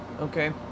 okay